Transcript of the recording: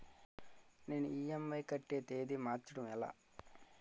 నేను ఇ.ఎం.ఐ కట్టే తేదీ మార్చడం ఎలా?